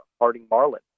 Harding-Marlin